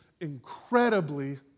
incredibly